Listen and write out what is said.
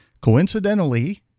coincidentally